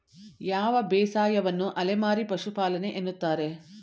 ಯಾವ ಬೇಸಾಯವನ್ನು ಅಲೆಮಾರಿ ಪಶುಪಾಲನೆ ಎನ್ನುತ್ತಾರೆ?